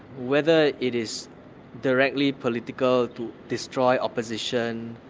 whether it is directly political to destroy opposition,